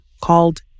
called